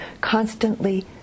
constantly